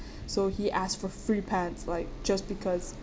so he asked for free pants like just because